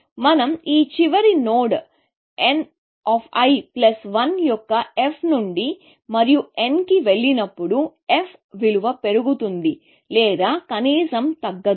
మనం ఈ చివరి నోడ్ nl1 యొక్క f నుండి మరియు nకి వెళ్లినప్పుడు f విలువ పెరుగుతుంది లేదా కనీసం తగ్గదు